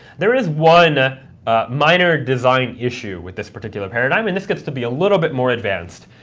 there is one ah ah minor design issue with this particular paradigm, and this gets to be a little bit more advanced